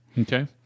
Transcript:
Okay